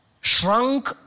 shrunk